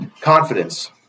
confidence